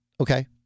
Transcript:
Okay